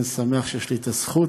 לכן, אני שמח שיש לי את הזכות